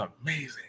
amazing